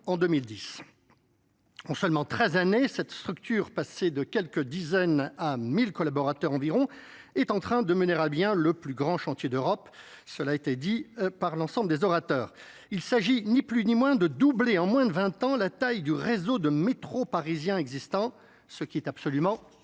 en seulement treize années cette structure passée de quelques dizaines à mille collaborateurs environ est en train de mener à bien le plus grand chantier d'europe cela a été dit par l'ensemble des orateurs il s'agit ni plus ni moins de doubler en moins de vingt ans la taille du réseau de métros parisiens existants, ce qui est absolument colossal